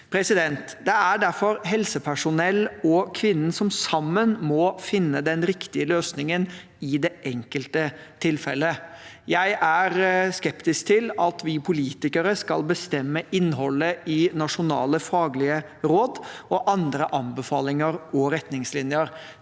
i livet. Det er derfor helsepersonell og kvinnen som sammen må finne den riktige løsningen i det enkelte tilfellet. Jeg er skeptisk til at vi politikere skal bestemme innholdet i nasjonale faglige råd og andre anbefalinger og retningslinjer.